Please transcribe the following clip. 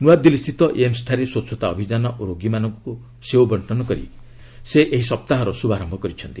ନ୍ତଆଦିଲ୍ଲୀସ୍ଥିତ ଏମ୍ସ୍ଠାରେ ସ୍ୱଚ୍ଛତା ଅଭିଯାନ ଓ ରୋଗୀମାନଙ୍କ ସେଓ ବଣ୍ଟନ କରି ସେ ଏହି ସପ୍ତାହର ଶ୍ରଭାରମ୍ଭ କରିଛନ୍ତି